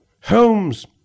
Holmes